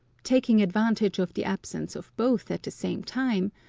taking advantage of the absence of both at the same time,